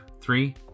Three